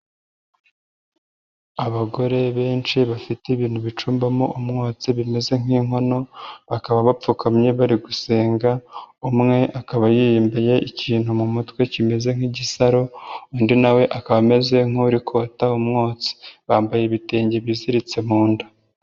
Abagore benshi bafite ibintu bicumbamo umwotsi bimeze nk'inkono, bakaba bapfukamye bari gusenga, umwe akaba yihimbiye ikintu mu mutwe kimeze nk'igisaro, undi nawe akaba ameze nk'urikota umwotsi. Bambaye ibitenge biziritse mu nda.